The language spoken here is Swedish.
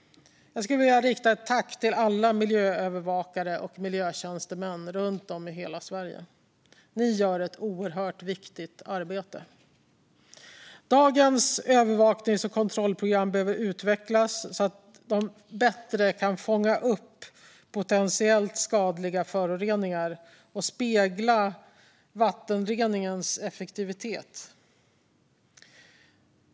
Jag skulle vilja rikta ett tack till alla miljöövervakare och miljötjänstemän runt om i hela Sverige. Ni gör ett oerhört viktigt arbete. Dagens övervaknings och kontrollprogram behöver utvecklas så att de bättre kan fånga upp potentiellt skadliga föroreningar och spegla vattenreningens effektivitet.